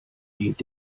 dient